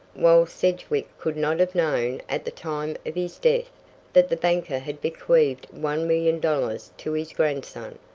while sedgwick could not have known at the time of his death that the banker had bequeathed one million dollars to his grandson,